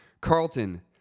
Carlton